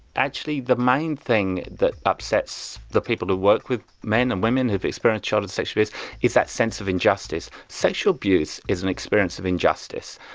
actually the main thing that upsets the people who work with men and women who've experienced childhood sexual abuse is that sense of injustice. sexual abuse is an experience of injustice,